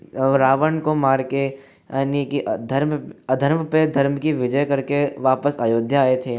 रावण को मार के अनेकी धर्म अधर्म पर धर्म की विजय करके वापस अयोध्या आये थे